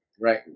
right